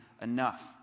enough